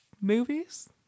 movies